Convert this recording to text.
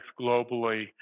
globally